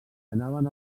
anaven